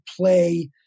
play